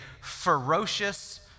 ferocious